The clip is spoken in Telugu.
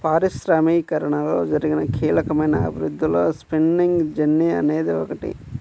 పారిశ్రామికీకరణలో జరిగిన కీలకమైన అభివృద్ధిలో స్పిన్నింగ్ జెన్నీ అనేది ఒకటి